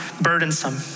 burdensome